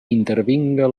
intervinga